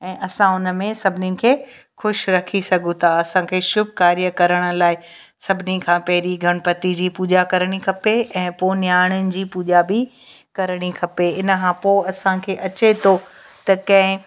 ऐं असां उन में सभिनीनि खे ख़ुशि रखी सघूं था असांखे शुभ कार्य करण लाइ सभिनी खां पहिरीं गणपति जी पूॼा करिणी खपे ऐं पोइ नयाणियुनि जी पूॼा बि करिणी खपे इन खां पोइ असांखे अचे थो त कंहिं